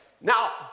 Now